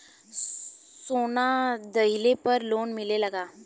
सोना दहिले पर लोन मिलल का?